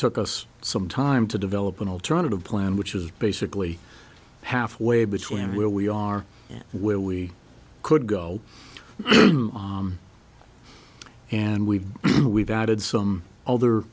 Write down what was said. took us some time to develop an alternative plan which is basically halfway between where we are and where we could go and we've we've added some other